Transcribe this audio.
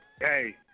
Hey